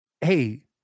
hey